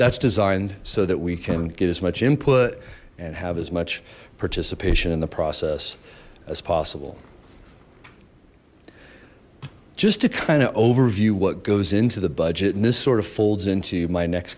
that's designed so that we can get as much input and have as much participation in the process as possible just to kind of overview what goes into the budget and this sort of folds into my next